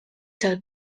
tal